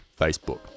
Facebook